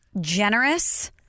generous